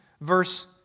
verse